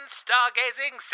stargazing